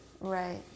right